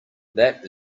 that